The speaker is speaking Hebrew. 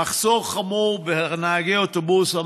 המחסור בנהגי אוטובוס חמור,